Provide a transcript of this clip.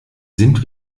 sind